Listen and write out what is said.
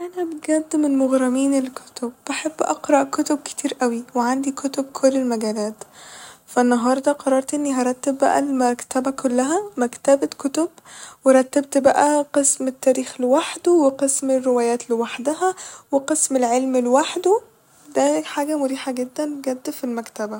أنا بجد من مغرمين الكتب ، بحب أقرأ كتب كتير اوي وعندي كتب كل المجالات ف النهاردة قررت اني هرتب بقى المكتبة كلها مكتبة كتب ورتبت بقى قسم التاريخ لوحده وقسم الروايات لوحدها و قسم العلم لوحده ده حاجة مريحة جدا بجد ف المكتبة